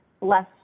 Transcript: less